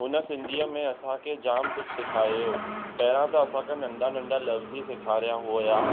हुन सिंधीअ में असांखे जामु कुझु सेखारियो पहिरां त असां खां नंढा नंढा लफ़्ज़ ई सेखारिया हुया